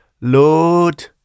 Lord